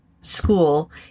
school